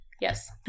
Yes